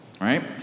right